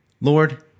Lord